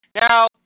Now